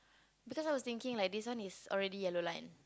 because I was thinking like this one is already yellow line